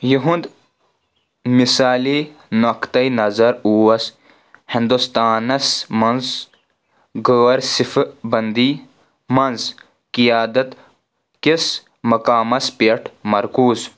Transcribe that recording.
یِہُنٛد مِثالے نۄقطے نظر اوس ہندوستانس منٛز غٲر صفہٕ بندی منٛز قیادت کِس مقامس پٮ۪ٹھ مرکوٗز